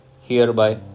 hereby